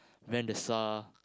van der Sar